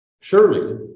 Surely